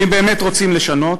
ואם באמת רוצים לשנות,